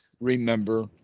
remember